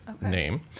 name